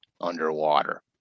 underwater